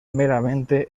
meramente